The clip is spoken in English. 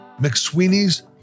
McSweeney's